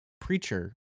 preacher